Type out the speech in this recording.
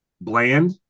Bland